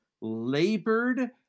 labored